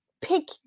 pick